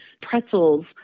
pretzels